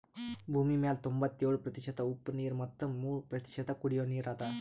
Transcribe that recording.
ಭೂಮಿಮ್ಯಾಲ್ ತೊಂಬತ್ಯೋಳು ಪ್ರತಿಷತ್ ಉಪ್ಪ್ ನೀರ್ ಮತ್ ಮೂರ್ ಪ್ರತಿಷತ್ ಕುಡಿಯೋ ನೀರ್ ಅದಾ